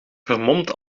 vermomd